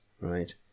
right